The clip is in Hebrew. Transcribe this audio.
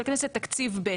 תקציב ב',